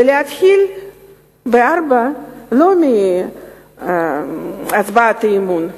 ולהתחיל ב-16:00 לא בהצעות אי-אמון,